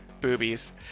boobies